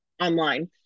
online